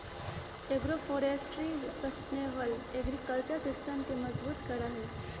agroforestry sustainable agriculture system के मजबूत करा हई